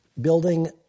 building